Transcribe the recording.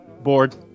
Bored